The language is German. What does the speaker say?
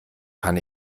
kann